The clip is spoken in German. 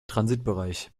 transitbereich